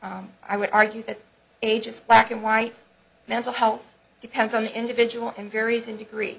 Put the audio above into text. i would argue that age is black and white mental health depends on the individual and varies in degree